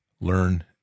Learn